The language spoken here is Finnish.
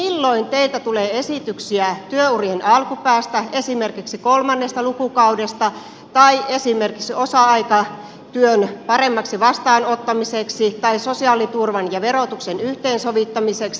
milloin teiltä tulee esityksiä työurien alkupäästä esimerkiksi kolmannesta lukukaudesta tai esimerkiksi osa aikatyön paremmaksi vastaanottamiseksi tai sosiaaliturvan ja verotuksen yhteensovittamiseksi